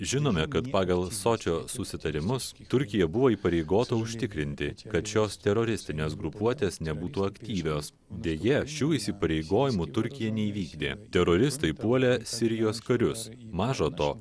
žinome kad pagal sočio susitarimus turkija buvo įpareigota užtikrinti kad šios teroristinės grupuotės nebūtų aktyvios deja šių įsipareigojimų turkija neįvykdė teroristai puolė sirijos karius maža to